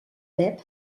web